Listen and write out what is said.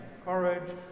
courage